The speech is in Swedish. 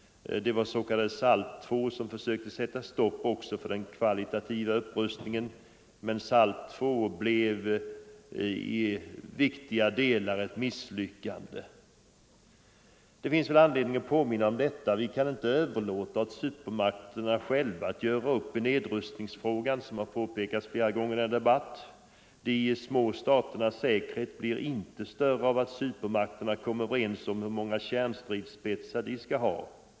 Det var de s.k. SALT II som försökte sätta stopp också för den kvalitativa upprustningen, men SALT II blev i viktiga delar ett misslyckande. Det finns anledning att påminna om detta. Vi kan inte överlåta åt supermakterna själva att göra upp i nedrustningsfrågan. Den saken har påpekats tidigare i denna debatt flera gånger. De små staternas säkerhet blir inte större av att supermakterna kommer överens om hur många kärnstridsspetsar de skall ha.